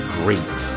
great